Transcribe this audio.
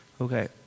Okay